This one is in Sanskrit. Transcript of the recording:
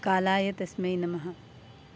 कालाय तस्मै नमः